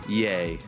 yay